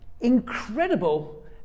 Incredible